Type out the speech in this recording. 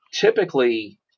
typically